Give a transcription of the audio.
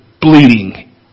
bleeding